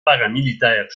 paramilitaires